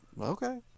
Okay